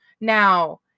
Now